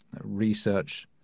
research